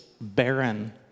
barren